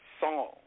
song